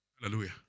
Hallelujah